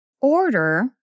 order